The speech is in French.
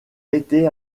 été